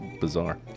bizarre